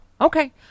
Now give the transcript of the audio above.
Okay